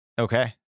okay